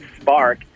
spark